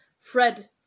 Fred